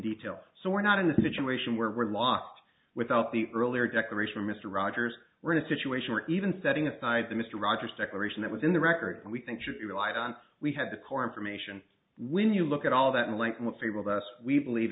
detail so we're not in a situation where we're lost without the earlier declaration mr rogers in a situation where even setting aside the mr rogers declaration that was in the record and we think should be relied on we had the core information when you look at all that unlike most people that we believe